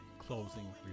closing